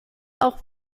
auch